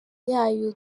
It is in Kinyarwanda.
y’ayo